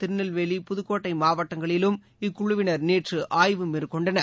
திருநெல்வேலி புதுக்கோட்டை மாவட்டங்களிலும் இக்குழுவினர் நேற்று ஆய்வு மேற்கொண்டனர்